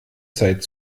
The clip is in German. zeit